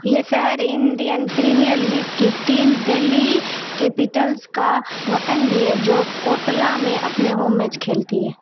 یہ شہر Indian premier league کی ٹیم دہلی کیپٹلز کا وطن بھی ہے جو کوٹلہ میں اپنے ہوم میچ کھیلتی ہے